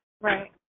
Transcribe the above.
Right